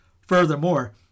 Furthermore